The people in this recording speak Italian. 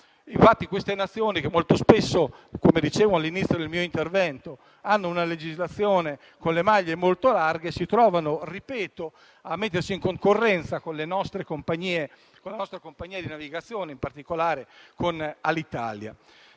Infatti le Nazioni, che molto spesso - come detto all'inizio del mio intervento - hanno una legislazione a maglie molto larghe, si mettono in concorrenza con le nostre compagnie di navigazione, in particolare con Alitalia.